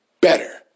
better